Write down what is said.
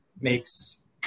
makes